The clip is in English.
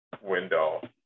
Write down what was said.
window